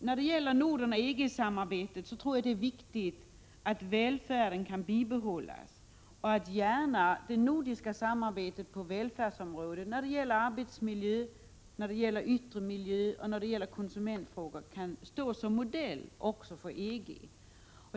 När det gäller Norden och EG-samarbetet är det viktigt att välfärden skall kunna bibehållas, och gärna att det nordiska samarbetet på välfärdsområdet i fråga om arbetsmiljö, yttre miljö och konsumentfrågor kan stå som modell för EG.